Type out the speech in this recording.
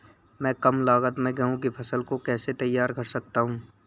मैं कम लागत में गेहूँ की फसल को कैसे तैयार कर सकता हूँ?